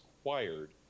acquired